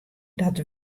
dat